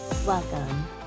Welcome